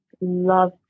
Love